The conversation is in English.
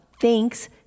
Thanks